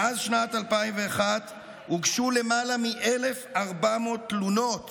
מאז שנת 2001 הוגשו למעלה מ-1,400 תלונות